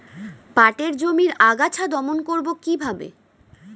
পাটের জমির আগাছা দমন করবো কিভাবে?